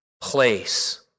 place